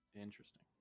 interesting